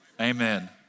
Amen